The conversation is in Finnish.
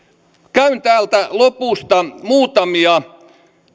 käyn täältä lopusta muutamia